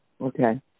Okay